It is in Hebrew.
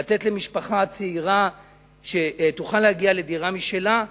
לתת למשפחה צעירה שתוכל להגיע לדירה משלה,